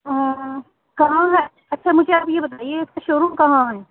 کہاں ہے اچھا مجھے آپ یہ بتائیے آپ کا شو روم کہاں ہے